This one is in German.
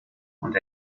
und